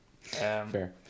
fair